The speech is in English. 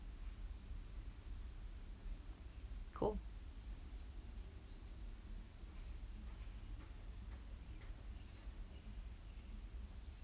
cool